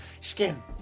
skin